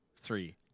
three